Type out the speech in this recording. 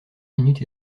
minutes